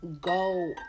go